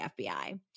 FBI